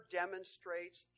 demonstrates